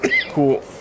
Cool